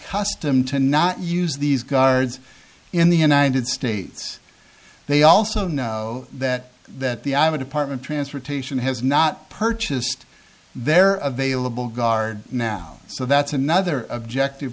custom to not use these guards in the united states they also know that that the i have a department transportation has not purchased their available guard now so that's another objective